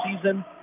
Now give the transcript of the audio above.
season